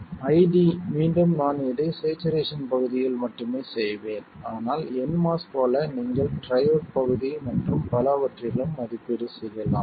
ID மீண்டும் நான் இதை ஸ்சேச்சுரேசன் பகுதியில் மட்டுமே செய்வேன் ஆனால் nMOS போல நீங்கள் ட்ரையோட் பகுதி மற்றும் பலவற்றிலும் மதிப்பீடு செய்யலாம்